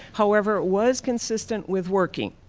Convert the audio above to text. however, it was consistent with working.